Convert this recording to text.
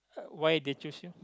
why they choose you